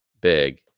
big